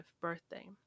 birthday